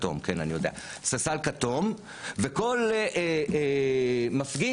וכל מפגין,